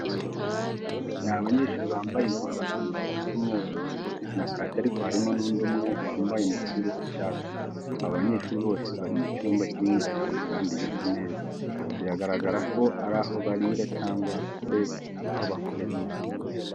Ni abanyeshuri bambaye impuzankano isa umweru na kake ariko harimo n'undi umwe wambaye umupira usa icyatsi. Aba banyeshuri bose bari mu cyumba kinini cyane kandi gisa neza, biragaragara ko ari aho barira cyangwa se aho bakorera inama.